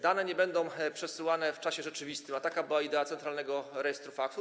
Dane nie będą przesyłane w czasie rzeczywistym, a taka była idea centralnego rejestru faktur.